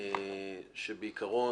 ראשית,